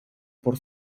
por